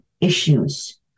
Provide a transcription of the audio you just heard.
issues